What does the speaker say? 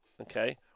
okay